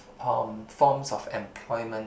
for~ forms of employment